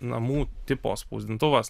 namų tipo spausdintuvas